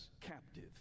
captive